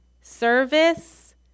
service